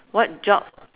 what job